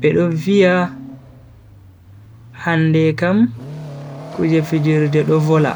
be do viya hande kam kuje fijirde do vola.